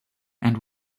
and